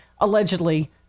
Allegedly